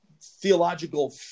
theological